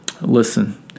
listen